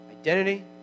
identity